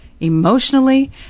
emotionally